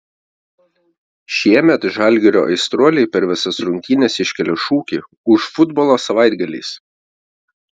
šiemet žalgirio aistruoliai per visas rungtynes iškelia šūkį už futbolą savaitgaliais